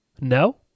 No